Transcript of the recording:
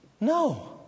No